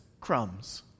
crumbs